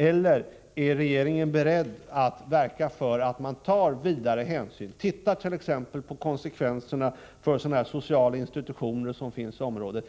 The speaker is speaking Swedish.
Eller är regeringen beredd att verka för att man skall ta vidare hänsyn och t.ex. se på konsekvenserna för sociala institutioner som finns i området